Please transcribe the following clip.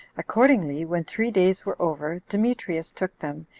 accordingly, when three days were over, demetrius took them,